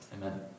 Amen